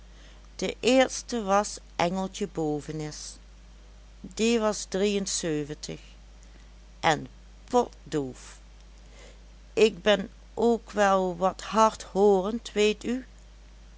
de eerste was engeltje bovenis die was drieënzeuventig en potdoof ik ben ook wel wat hardhoorend weet u